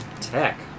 Tech